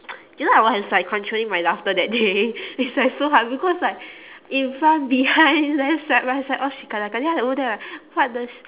you know I was like controlling my laughter that day it's like so hard because like in front behind left side right side all then I over there like what the shit